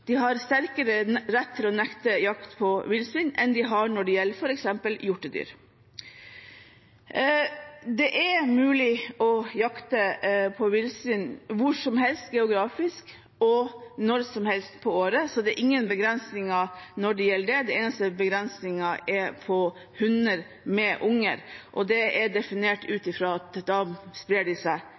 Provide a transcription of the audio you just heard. Det er mulig å jakte på villsvin hvor som helst geografisk og når som helst på året, det er ingen begrensninger når det gjelder det. Den eneste begrensningen er på hunner med unger, og det er definert ut fra at da sprer de seg